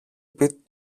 πει